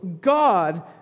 God